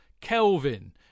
Kelvin